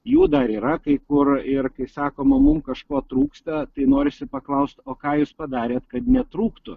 jų dar yra kai kur ir kai sakoma mum kažko trūksta tai norisi paklaust o ką jūs padarėt kad netrūktų